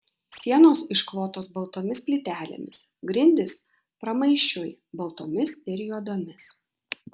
sienos išklotos baltomis plytelėmis grindys pramaišiui baltomis ir juodomis